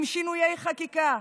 עם שינויי חקיקה,